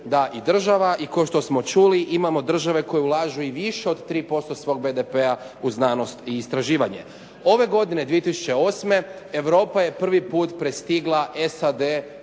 da i država. I kao što smo čuli imamo države koje ulažu i više od 3% svog BDP-a u znanost i istraživanje. Ove godine 2008. Europa je prvi put prestigla SAD